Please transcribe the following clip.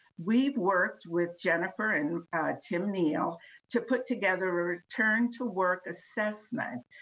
we've worked with jennifer and tim neal to put together a return to work assessment,